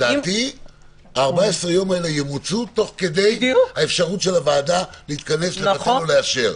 לדעתי ה-14 יום האלה ימוצו תוך כדי האפשרות של הוועדה להתכנס ולאשר.